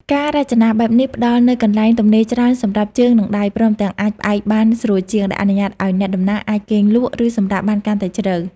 ការរចនាបែបនេះផ្ដល់នូវកន្លែងទំនេរច្រើនសម្រាប់ជើង និងដៃ ព្រមទាំងអាចផ្អែកបានស្រួលជាង ដែលអនុញ្ញាតឱ្យអ្នកដំណើរអាចគេងលក់ ឬសម្រាកបានកាន់តែជ្រៅ។